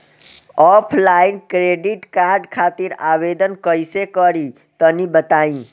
Offline credit card खातिर आवेदन कइसे करि तनि बताई?